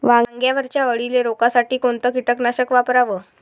वांग्यावरच्या अळीले रोकासाठी कोनतं कीटकनाशक वापराव?